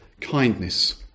Kindness